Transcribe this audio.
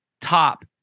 top